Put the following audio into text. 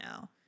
now